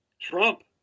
Trump